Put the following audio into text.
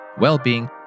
well-being